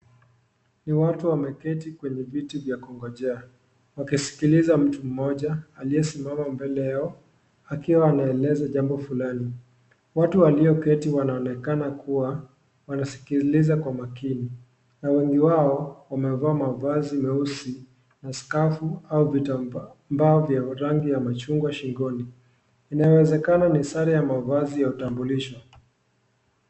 Ni watu wameketi kwenye viti vya kungojea, wakisikiliza mtu Mmoja aliyesimama mbele yao, akiwa anaeleza jambo fulani. Watu walioketi wanaonekana kuwa wanasikiliza kwa makini, na wengi wao wamevaa mavazi meusi na skafu au vitambaa vya rangi ya machungwa shingoni. Inawezekana ni sare ya mavazi ya utambulisho